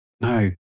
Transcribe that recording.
no